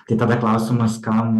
tai tada klausimas kam